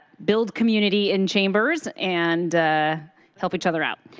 build community in chambers and help each other out.